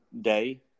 day